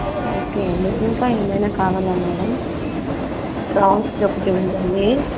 ఓ okay అండి ఇంకా ఏమైన కావాలా మ్యాడమ్ ఫ్రాన్స్ది ఒకటి ఉంటుంది